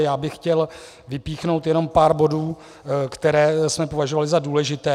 Já bych chtěl vypíchnout jenom pár bodů, které jsme považovali za důležité.